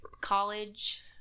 college-